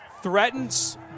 threatens